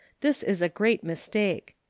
this is a great mistake.